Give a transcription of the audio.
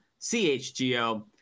CHGO